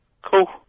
Cool